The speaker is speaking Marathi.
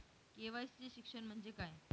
के.वाय.सी चे शिक्षण म्हणजे काय?